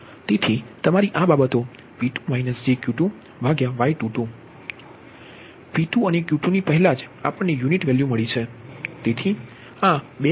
તેથી તમારી આ બાબતો P2 jQ2Y22 P2 અને Q2 ની પહેલા જ આપણને યુનિટ વેલ્યુ મળી છે